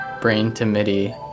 brain-to-midi